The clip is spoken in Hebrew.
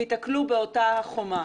וייתקלו באותה חומה.